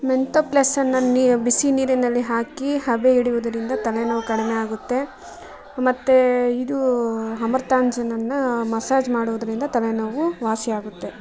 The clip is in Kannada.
ಮೆಂಥೋ ಪ್ಲಸನ್ನು ನೀವು ಬಿಸಿ ನೀರಿನಲ್ಲಿ ಹಾಕಿ ಹಬೆ ಹಿಡಿಯುವುದರಿಂದ ತಲೆನೋವು ಕಡಿಮೆ ಆಗುತ್ತೆ ಮತ್ತು ಇದು ಅಮೃತಾಂಜನನ್ನು ಮಸಾಜ್ ಮಾಡೋದ್ರಿಂದ ತಲೆನೋವು ವಾಸಿಯಾಗುತ್ತೆ